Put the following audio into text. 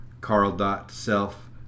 carl.self